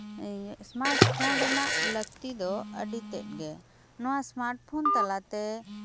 smart phone ᱨᱮᱭᱟᱜ ᱞᱟᱹᱠᱛᱤ ᱫᱚ ᱟᱹᱰᱤ ᱛᱮᱜ ᱜᱮ ᱱᱚᱣᱟ ᱤᱥᱢᱟᱨᱴ ᱯᱷᱳᱱ ᱛᱟᱞᱟᱛᱮ